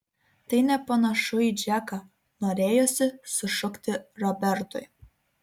tai nepanašu į džeką norėjosi sušukti robertui